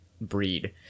breed